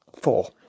Four